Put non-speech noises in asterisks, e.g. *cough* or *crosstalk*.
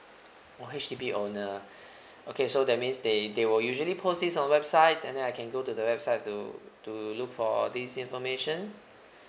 oh H_D_B owner *breath* okay so that means they they will usually post this on websites and then I can go to the websites to to look for this information